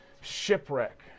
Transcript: shipwreck